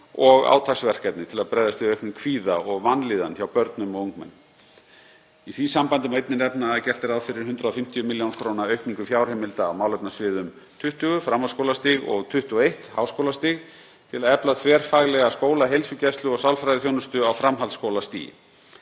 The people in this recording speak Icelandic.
og átaksverkefni til að bregðast við auknum kvíða og vanlíðan hjá börnum og ungmennum. Í því sambandi má einnig nefna að gert er ráð fyrir 150 millj. kr. aukningu fjárheimilda á málefnasviðum 20, Framhaldsskólastig, og 21, Háskólastig, til að efla þverfaglega skólaheilsugæslu og sálfræðiþjónustu á framhaldsskólastigi.